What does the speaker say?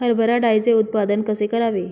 हरभरा डाळीचे उत्पादन कसे करावे?